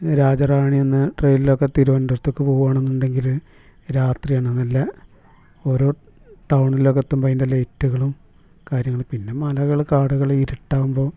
രാജ റാണിയിൽനിന്ന് ട്രെയിനിലൊക്കെ തിരുവനന്തപുരത്തേക്ക് പോവുകയാണ് എന്നുണ്ടെങ്കിൽ രാത്രിയാണ് നല്ലത് ഓരോ ടൗണിലേക്കെത്തുമ്പം അതിൻ്റെ ലൈറ്റുകളും കാര്യങ്ങളും പിന്നെ മലകൾ കാടുകൾ ഇരുട്ട് ആവുമ്പോൾ